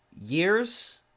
years